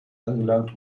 angelangt